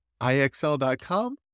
IXL.com